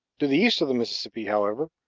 to the east of the mississippi, however,